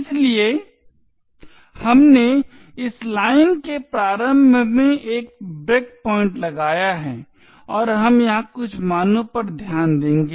इसलिए हमने इस लाइन के प्रारंभ में एक ब्रेकपॉइंट लगाया है और हम यहां कुछ मानों पर ध्यान देंगे